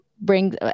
bring